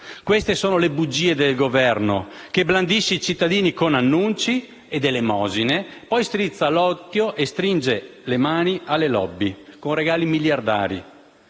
Queste sono le bugie del Governo che blandisce i cittadini con annunci ed elemosine e poi strizza l'occhio e stringe le mani alle *lobby* con regali miliardari.